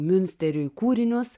miunsteriui kūrinius